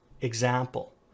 example